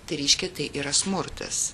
tai reiškia tai yra smurtas